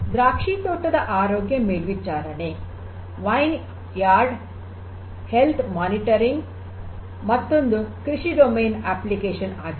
ದ್ರಾಕ್ಷಿ ತೋಟದ ಆರೋಗ್ಯ ಮೇಲ್ವಿಚಾರಣೆ ವೈನ್ ಯಾರ್ಡ್ ಹೆಲ್ತ್ ಮಾನಿಟರಿಂಗ್ ಮತ್ತೊಂದು ಕೃಷಿ ಡೊಮೇನ್ ಅಪ್ಲಿಕೇಶನ್ ಆಗಿದೆ